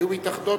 היו מתאחדות,